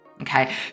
okay